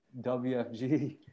WFG